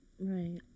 Right